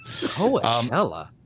Coachella